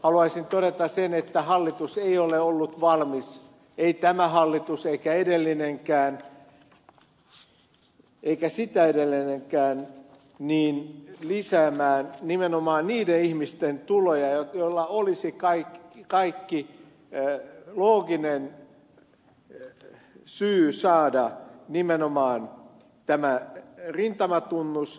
haluaisin todeta sen että hallitus ei ole ollut valmis ei tämä hallitus eikä edellinenkään eikä sitä edellinenkään lisäämään nimenomaan niiden ihmisten tuloja joilla olisi kaikki looginen syy saada nimenomaan tämä rintamatunnus